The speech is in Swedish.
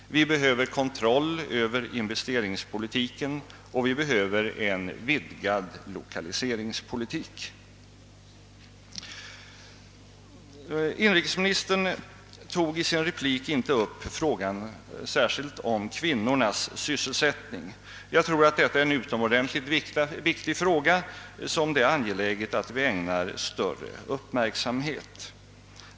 vi behöver kontroll över investeringspolitiken och vi behöver en vidgad lokaliseringspolitik. Inrikesministern tog i sin replik inte upp frågan om kvinnornas sysselsättning. Jag tror emellertid att detta är en viktig fråga som det är angeläget att vi ägnar större uppmärksamhet.